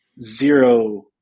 zero